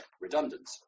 redundant